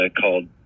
called